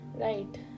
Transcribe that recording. Right